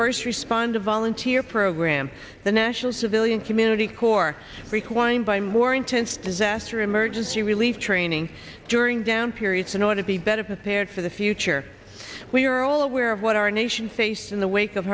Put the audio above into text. first responder volunteer program the national civilian community corps requiring by more intense disaster emergency relief training during down periods in order to be better prepared for the future we're all aware of what our nation faced in the wake of